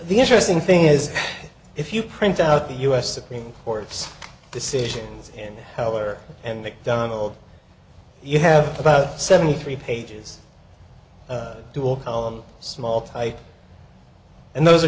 the interesting thing is if you print out the u s supreme court's decisions in heller and mcdonald you have about seventy three pages two or column small type and those are